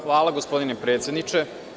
Hvala, gospodine predsedniče.